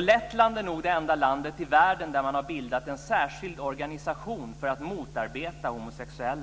Lettland är nog det enda land i världen där man har bildat en särskild organisation för att motarbeta homosexuella.